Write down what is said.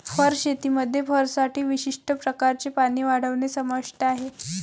fur शेतीमध्ये फरसाठी विशिष्ट प्रकारचे प्राणी वाढवणे समाविष्ट आहे